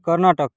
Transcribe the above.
Karnataka